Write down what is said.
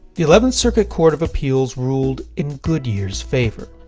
the eleventh circuit court of appeals ruled in goodyear's favor.